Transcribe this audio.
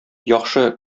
яхшы